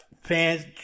fans